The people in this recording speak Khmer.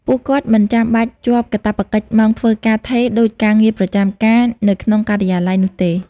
ពួកគាត់មិនចាំបាច់ជាប់កាតព្វកិច្ចម៉ោងធ្វើការថេរដូចការងារប្រចាំការនៅក្នុងការិយាល័យនោះទេ។